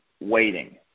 waiting